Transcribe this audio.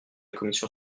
commission